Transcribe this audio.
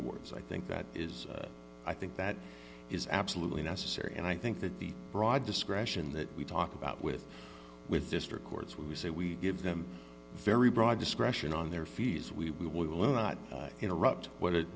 words i think that is i think that is absolutely necessary and i think that the broad discretion that we talk about with with district courts when we say we give them very broad discretion on their fees we will not interrupt what